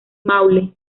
maule